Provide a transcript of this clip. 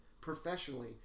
professionally